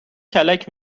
کلک